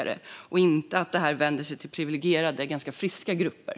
Hur tänker han kring att detta vänder sig till priviligierade och ganska friska grupper?